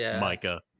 Micah